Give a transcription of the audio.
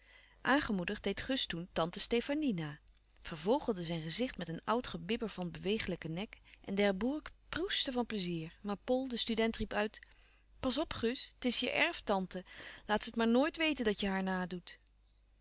jongen aangemoedigd deed gus toen tante stefanie na vervogelde zijn gezicht met een oud gebibber van bewegelijken nek en d'herbourg proestte van pleizier maar pol de student riep uit pas op gus het is je erftante laat ze het maar nooit weten dat je haar nadoet